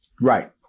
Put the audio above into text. Right